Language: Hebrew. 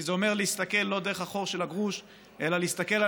כי זה אומר להסתכל לא דרך החור של הגרוש אלא להסתכל על